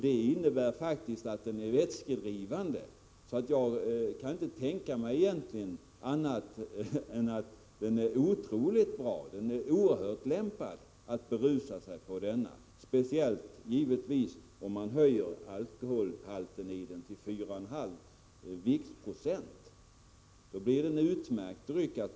Det innebär att den är vätskedrivande, så jag kan inte tänka mig annat än att den är oerhört lämpad att berusa sig med, speciellt givetvis om man höjer alkoholhalten i den till 4,5 viktprocent.